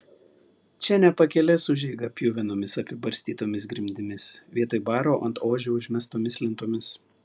čia ne pakelės užeiga pjuvenomis apibarstytomis grindimis vietoj baro ant ožių užmestomis lentomis